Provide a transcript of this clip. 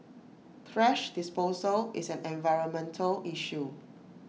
thrash disposal is an environmental issue